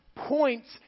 points